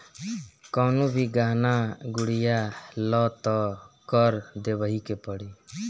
कवनो भी गहना गुरिया लअ तअ कर देवही के पड़ी